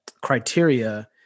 criteria